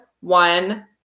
one